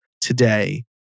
today